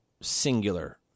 singular